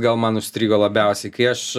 gal man užstrigo labiausiai kai aš